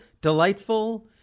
delightful